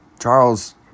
Charles